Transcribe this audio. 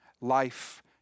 life